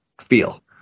feel